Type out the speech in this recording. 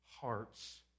hearts